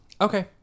Okay